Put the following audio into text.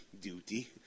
Duty